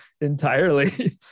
entirely